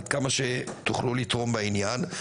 עד כמה שתוכלו לתרום בעניין,